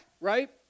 right